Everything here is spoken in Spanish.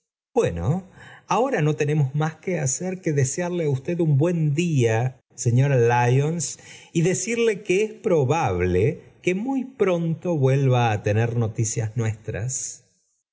bueno ahora no tenemos míe que hacer que desearle á usted un buen rifa señora byons y decirle que es probable que muy pronto vuelva á tener noticias nuestras